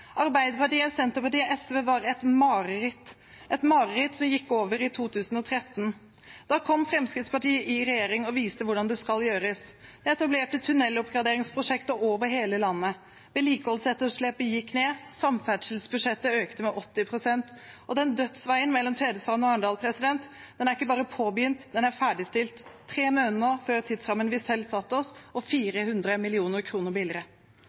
Arbeiderpartiet, Senterpartiet og SV var et mareritt, et mareritt som gikk over i 2013. Da kom Fremskrittspartiet i regjering og viste hvordan det skal gjøres – etablerte tunneloppgraderingsprosjekter over hele landet. Vedlikeholdsetterslepet gikk ned, samferdselsbudsjettet økte med 80 pst., og den dødsveien mellom Tvedestrand og Arendal er ikke bare påbegynt; den er ferdigstilt – tre måneder før tidsrammen vi selv satte oss, og